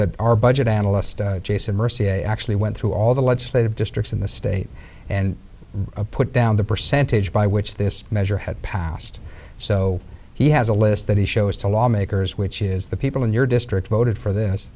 that our budget analyst jason mercy actually went through all the legislative districts in the state and put down the percentage by which this measure had passed so he has a list that he shows to lawmakers which is the people in your district voted for this